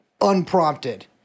unprompted